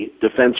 defense